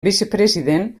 vicepresident